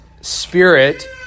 spirit